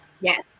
Yes